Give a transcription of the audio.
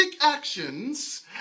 actions